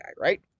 right